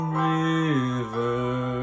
river